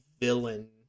villain